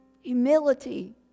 Humility